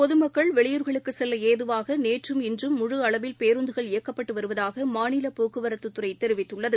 பொதுமக்கள் வெளியூர்களுக்குசெல்லஏதுவாகநேற்றும் இன்றும் ழு அளவில் பேருந்துகள் இயக்கப்பட்டுவருவதாகபோக்குவரத்துத்துறைதெரிவித்துள்ளது